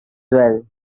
well